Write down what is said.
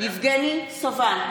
יבגני סובה,